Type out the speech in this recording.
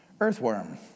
Earthworm